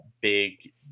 big